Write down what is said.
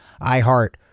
iHeart